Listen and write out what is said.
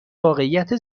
واقعیت